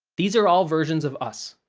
these are all versions of us.